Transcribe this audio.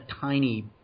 tiny